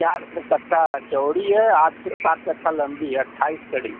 चार में कट्ठा चौड़ी है आठ सात कट्ठा लंबी है अट्ठाईस कड़ी